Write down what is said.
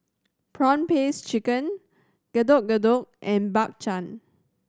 prawn paste chicken Getuk Getuk and Bak Chang